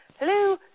Hello